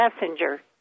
messenger